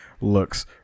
looks